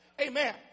Amen